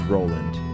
Roland